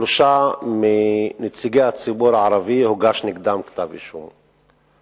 שלושה מנציגי הציבור הערבי הוגש נגדם כתב אישום: